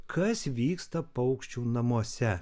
kas vyksta paukščių namuose